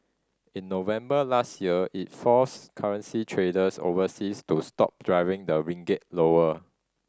in November last year it forced currency traders overseas to stop driving the ringgit lower